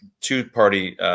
two-party